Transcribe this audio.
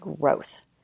growth